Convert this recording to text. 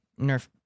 nerf